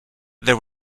there